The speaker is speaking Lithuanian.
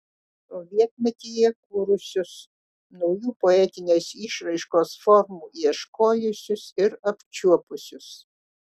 sovietmetyje kūrusius naujų poetinės išraiškos formų ieškojusius ir apčiuopusius